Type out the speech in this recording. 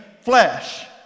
flesh